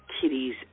kitties